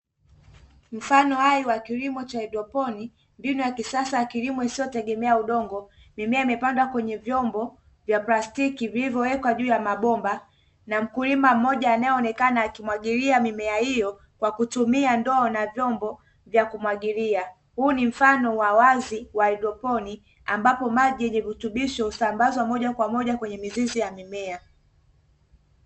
Mfano hai wa kilimo cha hydroponi mbinu ya kisasa ya kilimo isiyotegemea udongo, mimea imepandwa kwenye vyombo vya plastik,i vilivyowekwa juu ya mabomba na mkulima mmoja anaeonekana ana mwagilia mimea io kwa kutumia ndoo na vyombo vya kumwagilia. Huu ni mfano wa wazi wa hydroponi ambapo maji yenye virutubisho husambazwa moja kwa moja kwenye mizizi ya mimea.